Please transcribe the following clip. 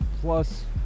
plus